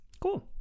Cool